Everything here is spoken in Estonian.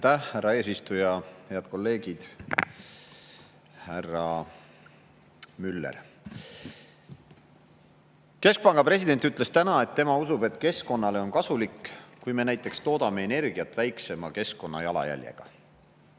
härra eesistuja! Head kolleegid! Härra Müller! Keskpanga president ütles täna, et tema usub, et keskkonnale on kasulik, kui me näiteks toodame energiat väiksema keskkonnajalajäljega.